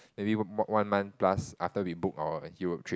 maybe on~ one month plus after we book our Europe trip